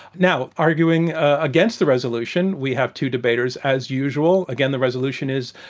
now, arguing against the resolution, we have two debaters, as usual. again, the resolution is,